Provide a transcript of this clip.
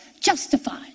justified